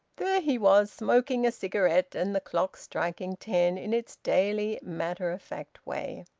there he was, smoking a cigarette, and the clock striking ten in its daily, matter-of-fact way.